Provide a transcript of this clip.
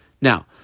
Now